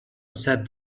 said